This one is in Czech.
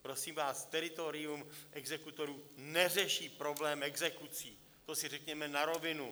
Prosím vás, teritorium exekutorů neřeší problém exekucí, to si řekněme na rovinu.